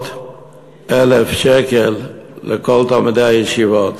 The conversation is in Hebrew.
400,000 שקל לכל תלמידי הישיבות,